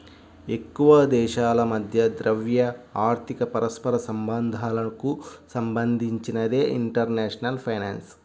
ఎక్కువదేశాల మధ్య ద్రవ్య, ఆర్థిక పరస్పర సంబంధాలకు సంబంధించినదే ఇంటర్నేషనల్ ఫైనాన్స్